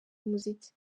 umuziki